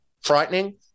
Frightening